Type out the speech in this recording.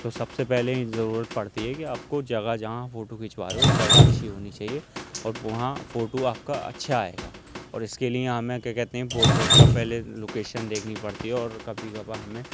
تو سب سے پہلے ضرورت پڑتی ہے کہ آپ کو جگہ جہاں فوٹو کھچوا رہے ہو جگہ اچھی ہونی چاہیے اور وہاں فوٹو آپ کا اچھا آئے گا اور اس کے لیے ہمیں کیا کہتے ہیں پورٹریٹ کا پہلے لوکیشن دیکھنی پڑتی ہے اور کبھی کبھار ہمیں